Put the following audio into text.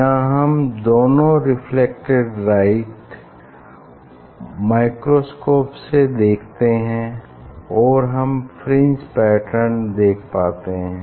यहाँ हम दोनों रेफ्लेक्टेड लाइट माइक्रोस्कोप से देखते हैं और हम फ्रिंज पैटर्न देख पाते है